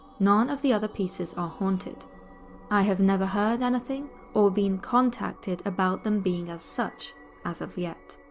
none of the other pieces are haunted i have never heard anything or been contacted about them being as such as of yet.